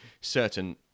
certain